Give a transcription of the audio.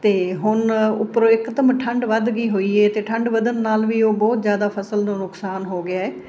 ਅਤੇ ਹੁਣ ਉੱਪਰੋਂ ਇੱਕ ਦਮ ਠੰਡ ਵੱਧ ਗਈ ਹੋਈ ਏ ਅਤੇ ਠੰਡ ਵਧਣ ਨਾਲ ਵੀ ਉਹ ਬਹੁਤ ਜ਼ਿਆਦਾ ਫ਼ਸਲ ਨੂੰ ਨੁਕਸਾਨ ਹੋ ਗਿਆ ਏ